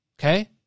Okay